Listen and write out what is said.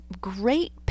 great